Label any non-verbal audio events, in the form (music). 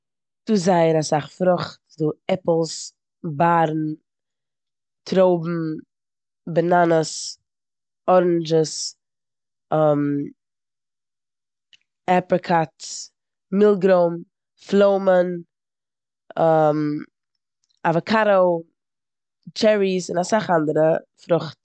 דא זייער אסאך פרוכט. ס'דא עפלס, בארן, טרויבן, באנאנעס, אראנדשעס, (hesitation) עפריקאט, מילגרוים, פלוימען, (hesitation) אוועקאדא, טשעריס און אסאך אנדערע פרוכט.